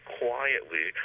quietly